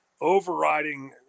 overriding